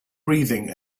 breathing